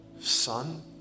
son